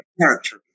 character